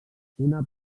una